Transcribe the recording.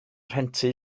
rhentu